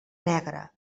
negre